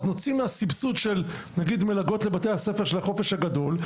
אז נוציא מהסבסוד של נגיד מלגות לבתי הספר של החופש הגדול,